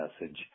message